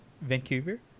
Vancouver